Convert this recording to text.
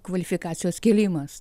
kvalifikacijos kėlimas